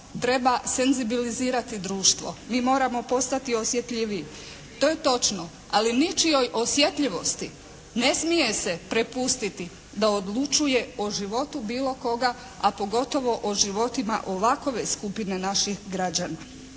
«Treba senzibilizirati društvo.» Mi moramo postati osjetljiviji. To je točno. Ali ničijoj osjetljivosti ne smije se prepustiti da odlučuje o životu bilo koga a pogotovo o životima ovakve skupine naših građana.